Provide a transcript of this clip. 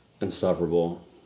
insufferable